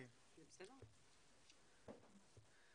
מתורגמים ולא ידעתי בכלל שהיו קיימים